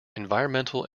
environmental